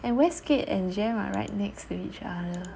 and westgate and jem are right next to each other